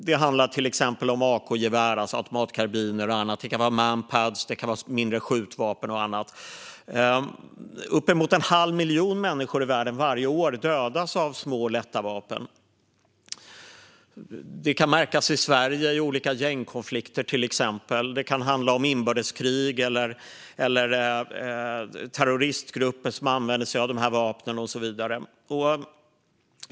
Det handlar till exempel om AK-gevär, alltså automatkarbiner och annat. Det kan vara Manpads, mindre skjutvapen och så vidare. Uppemot en halv miljon människor i världen dödas varje år av små och lätta vapen. Det kan märkas i Sverige, till exempel i olika gängkonflikter. Det kan handla om inbördeskrig eller terroristgrupper som använder sig av dessa vapen och så vidare.